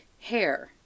hair